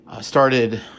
started